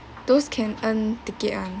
those can earn ticket [one]